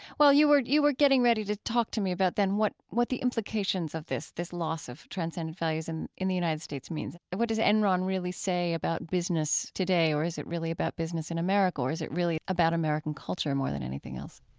well, you were you were getting ready to talk to me about, then, what what the implications of this this loss of transcendent values in in the united states means. what does enron really say about business today? or is it really about business in america? or is it really about american culture more than anything else?